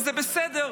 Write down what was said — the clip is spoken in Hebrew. וזה בסדר,